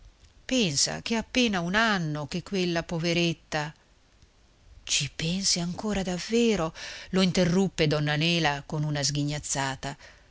pensa che è appena un anno che quella poveretta ci pensi ancora davvero lo interruppe donna nela con una sghignazzata